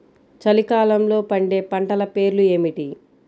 చలికాలంలో పండే పంటల పేర్లు ఏమిటీ?